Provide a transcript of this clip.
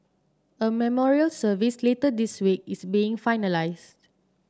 a memorial service later this week is being finalised